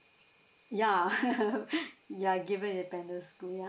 yeah you are given independent school yup